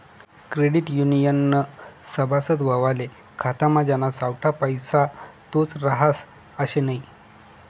credit युनियननं सभासद व्हवाले खातामा ज्याना सावठा पैसा तोच रहास आशे नै